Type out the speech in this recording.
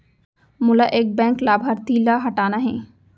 मोला एक बैंक लाभार्थी ल हटाना हे?